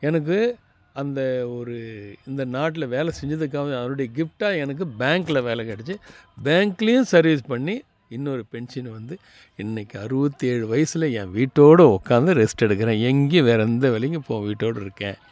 எனக்கு அந்த ஒரு இந்த நாட்டில் வேலை செஞ்சதுக்காக அதோட கிஃப்ட்டாக எனக்கு பேங்கில் வேலை கிடைச்சி பேங்க்லையும் சர்வீஸ் பண்ணி இன்னொரு பென்ஷன் வந்து இன்னைக்கு அறுபத்தி ஏழு வயசில் ஏன் வீட்டோட உட்காந்து ரெஸ்ட் எடுக்கிறேன் எங்கையும் வேறு எந்த வேலைக்கும் போ வீட்டோட இருக்கேன்